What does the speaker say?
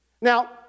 Now